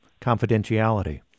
confidentiality